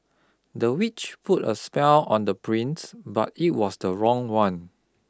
the witch put a spell on the prince but it was the wrong one